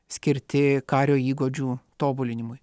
skirti kario įgūdžių tobulinimui